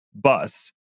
bus